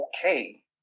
okay